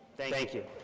thank you.